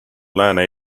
lääne